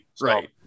Right